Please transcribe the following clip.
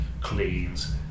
cleans